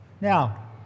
Now